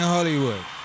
Hollywood